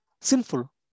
sinful